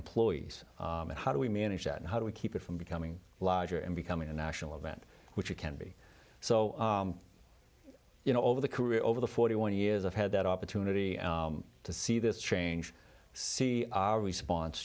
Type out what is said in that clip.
employees and how do we manage that and how do we keep it from becoming larger and becoming a national event which can be so you know over the career over the forty one years i've had that opportunity to see this change see our response